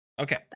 Okay